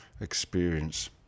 experience